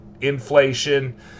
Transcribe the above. inflation